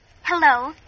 Hello